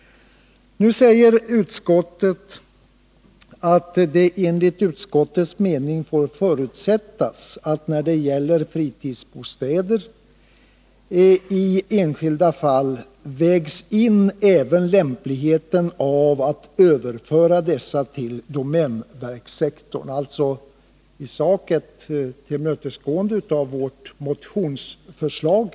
Utskottet säger att det enligt utskottets mening får förutsättas att även lämpligheten av att i enskilda fall överföra fritidsbostäder till domänverkssektorn vägs in — alltså i sak ett tillmötesgående av vårt motionsförslag.